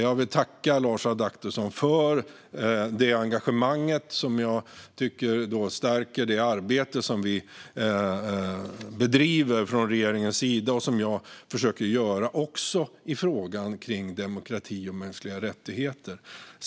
Jag vill tacka Lars Adaktusson för detta engagemang, som jag tycker stärker det arbete som vi bedriver från regeringens sida och som jag försöker att bedriva också i fråga om demokrati och mänskliga rättigheter.